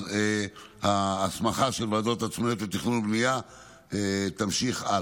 אז ההסמכה של ועדות עצמאיות לתכנון ובנייה תימשך הלאה.